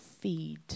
feed